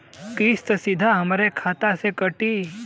किस्त सीधा हमरे खाता से कटी?